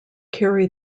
carry